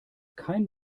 kein